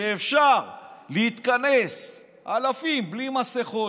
שאפשר להתכנס אלפים בלי מסכות,